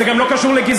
זה גם לא קשור לגזענות,